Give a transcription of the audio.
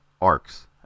arcs